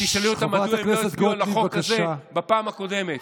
תשאלי אותם מה הם הצביעו על החוק הזה בפעם הקודמת.